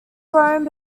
rome